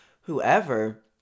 whoever